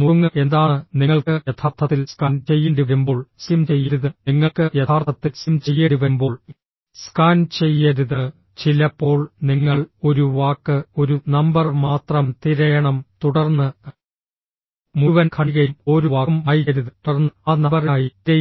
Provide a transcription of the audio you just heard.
നുറുങ്ങ് എന്താണ് നിങ്ങൾക്ക് യഥാർത്ഥത്തിൽ സ്കാൻ ചെയ്യേണ്ടിവരുമ്പോൾ സ്കിം ചെയ്യരുത് നിങ്ങൾക്ക് യഥാർത്ഥത്തിൽ സ്കിം ചെയ്യേണ്ടിവരുമ്പോൾ സ്കാൻ ചെയ്യരുത് ചിലപ്പോൾ നിങ്ങൾ ഒരു വാക്ക് ഒരു നമ്പർ മാത്രം തിരയണം തുടർന്ന് മുഴുവൻ ഖണ്ഡികയും ഓരോ വാക്കും വായിക്കരുത് തുടർന്ന് ആ നമ്പറിനായി തിരയുക